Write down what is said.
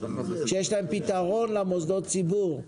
שיש להם פתרון למוסדות הציבור,